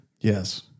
Yes